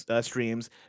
streams